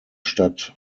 stadt